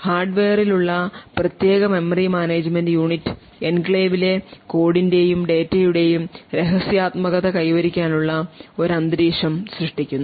ഹാർഡ്വെയറിൽ ഉള്ള പ്രത്യേക മെമ്മറി മാനേജുമെന്റ് യൂണിറ്റ് എൻക്ലേവിലെ കോഡിന്റെയും ഡാറ്റയുടെയും രഹസ്യാത്മകത കൈവരിക്കാനുള്ള ഒരു അന്തരീക്ഷം സൃഷ്ടിക്കുന്നു